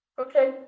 Okay